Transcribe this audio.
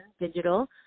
Digital